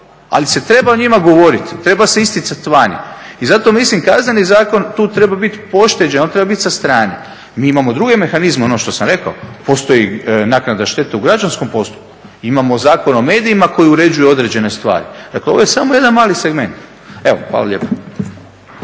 ali se treba o njima govoriti, treba se isticati vani. I zato mislim Kazneni zakon tu treba biti pošteđen, on treba biti sa strane. Mi imamo druge mehanizme, ono što sam rekao, postoji naknada štete u građanskom postupku, imamo Zakon o medijima koji uređuju određene stvari, dakle ovo je samo jedan mali segment. Evo, hvala lijepa.